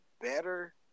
better